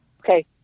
okay